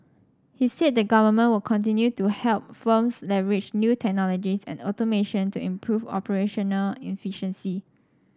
he said the government will continue to help firms leverage new technologies and automation to improve operational efficiency